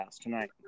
tonight